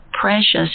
precious